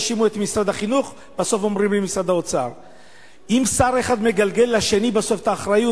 אדוני היושב-ראש, אדוני סגן השר,